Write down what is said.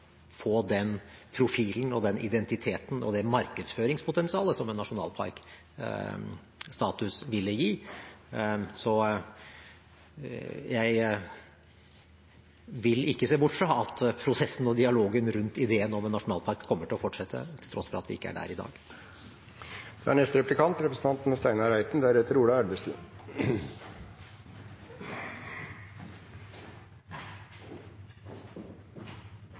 få den profilen, den identiteten og det markedsføringspotensialet som en nasjonalparkstatus ville gi. Så jeg vil ikke se bort fra at prosessen og dialogen rundt ideen om en nasjonalpark kommer til å fortsette, til tross for at vi ikke er der i dag.